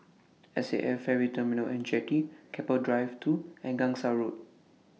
S A F Ferry Terminal and Jetty Keppel Drive two and Gangsa Road